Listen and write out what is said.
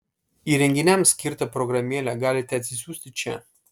įrenginiams skirtą programėlę galite atsisiųsti čia